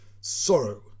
sorrow